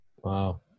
Wow